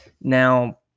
Now